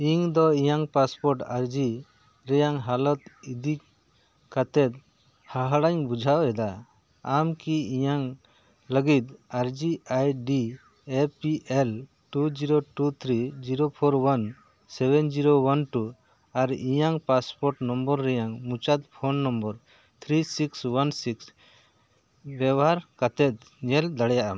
ᱤᱧ ᱫᱚ ᱤᱧᱟᱹᱜ ᱯᱟᱥᱯᱳᱨᱴ ᱟᱨᱡᱤ ᱨᱮᱭᱟᱜ ᱦᱟᱞᱚᱛ ᱤᱫᱤ ᱠᱟᱛᱮᱫ ᱦᱟᱦᱟᱲᱟᱜ ᱤᱧ ᱵᱩᱡᱷᱟᱹᱣᱮᱫᱟ ᱟᱢ ᱠᱤ ᱤᱧᱟᱹᱜ ᱞᱟᱹᱜᱤᱫ ᱟᱨᱡᱤ ID A P L two zero two three zero four one seven zero one two ᱟᱨ ᱤᱧᱟᱹᱜ ᱯᱟᱥᱯᱳᱨᱴ ᱱᱚᱢᱵᱚᱨ ᱨᱮᱭᱟᱜ ᱢᱩᱪᱟᱹᱫ phone number three six one six ᱵᱮᱵᱚᱦᱟᱨ ᱠᱟᱛᱮᱫ ᱧᱮᱞ ᱫᱟᱲᱮᱭᱟᱜ ᱟᱢ